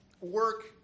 work